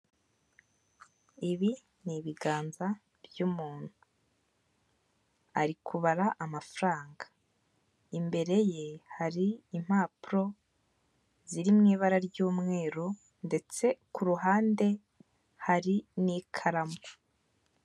Ibi ni ibiganza by'umuntu ari kubara amafaranga, imbere ye hari impapuro ziri mu ibara ry'umweru ndetse ku ruhande hari n'ikaramu.